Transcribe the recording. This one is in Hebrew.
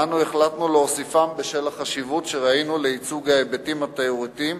ואנו החלטנו להוסיפם בשל החשיבות שראינו לייצוג ההיבטים התיירותיים